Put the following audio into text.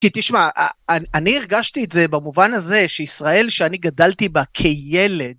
כי תשמע אני הרגשתי את זה במובן הזה שישראל שאני גדלתי בה כילד,